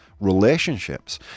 relationships